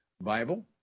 Bible